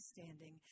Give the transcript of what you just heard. standing